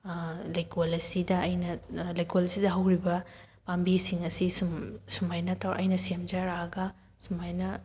ꯂꯩꯀꯣꯜ ꯑꯁꯤꯗ ꯑꯩꯅ ꯂꯩꯀꯣꯜ ꯑꯁꯤꯗ ꯍꯧꯔꯤꯕ ꯄꯥꯝꯕꯤꯁꯤꯡ ꯑꯁꯤ ꯁꯨꯝ ꯁꯨꯃꯥꯏꯅ ꯇꯧꯔ ꯑꯩꯅ ꯁꯦꯝꯖꯔꯛꯑꯒ ꯁꯨꯝꯃꯥꯏꯅ